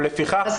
אחד,